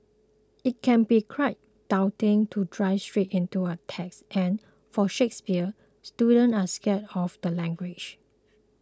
it can be quite daunting to dive straight into a text and for Shakespeare students are scared of the language